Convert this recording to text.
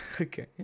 okay